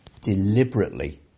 deliberately